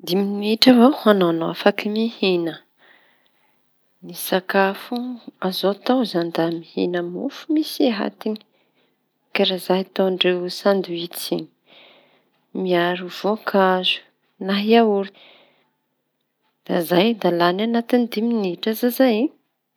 Dimy minitra avao ho añao no afaky mihina. Ny sakafo azo atao izañy da mihina mofo misy atiñy karaza ataon-dreo sandoitsy iñy miaro vônkazo na iaorta da zay da lany anatin'ny dimy minitra aza zay.